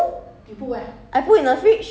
那时候我买回来你都没有用